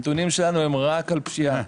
הנתונים שלנו רק על פשיעה,